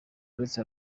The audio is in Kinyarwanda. uretse